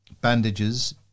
bandages